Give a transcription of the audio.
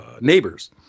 Neighbors